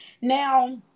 Now